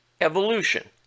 evolution